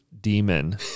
demon